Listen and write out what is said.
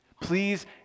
Please